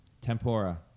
Tempura